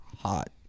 hot